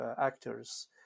actors